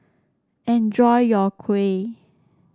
enjoy your Kuih